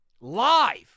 live